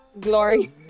Glory